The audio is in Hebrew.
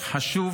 אך חשוב